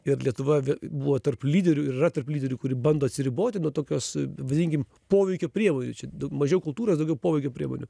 ir lietuva buvo tarp lyderių ir yra tarp lyderių kuri bando atsiriboti nuo tokios vadinkim poveikio priemonių čia mažiau kultūros daugiau poveikio priemonių